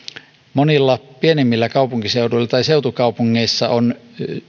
monilla pienemmillä kaupunkiseuduilla tai seutukaupungeissa on